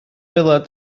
fel